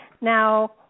Now